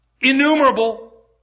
innumerable